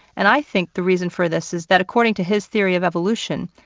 and i think the reason for this is that according to his theory of evolution,